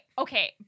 okay